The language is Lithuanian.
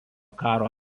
karo